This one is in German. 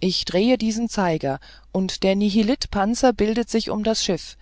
ich drehe diesen zeiger und der nihilitpanzer bildet sich um das schiff